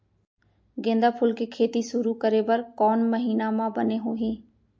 गेंदा फूल के खेती शुरू करे बर कौन महीना मा बने होही?